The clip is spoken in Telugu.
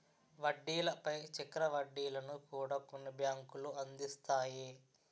వడ్డీల పై చక్ర వడ్డీలను కూడా కొన్ని బ్యాంకులు అందిస్తాయి